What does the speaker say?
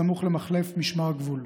סמוך למחלף משמר הגבול.